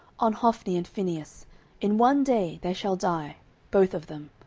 on hophni and phinehas in one day they shall die both of them.